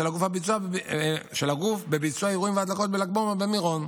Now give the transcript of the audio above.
הגוף בביצוע אירועים והדלקות בל"ג בעומר במירון.